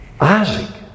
Isaac